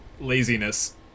laziness